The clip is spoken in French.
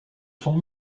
sont